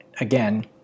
again